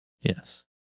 Yes